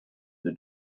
the